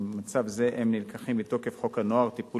במצב זה הם נלקחים מתוקף חוק הנוער (טיפול